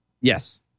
Yes